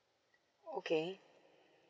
okay